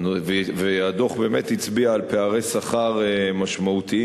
והדוח באמת הצביע על פערי שכר משמעותיים